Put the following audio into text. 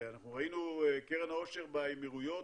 ראינו את קרן העושר באמירויות,